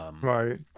Right